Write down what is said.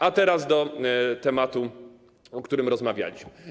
A teraz wróćmy do tematu, o którym rozmawialiśmy.